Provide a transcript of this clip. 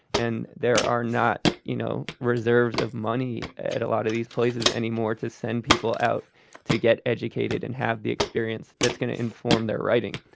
and there are not you know reserves of money at a lot of these places anymore to send people out to get educated and have the experience that's going to inform their writing.